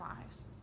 lives